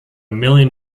million